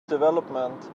development